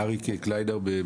אריק קליינר,